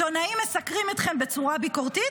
עיתונאים מסקרים אתכם בצורה ביקורתית,